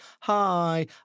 Hi